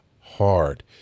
hard